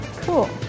Cool